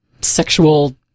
sexual